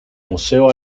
museo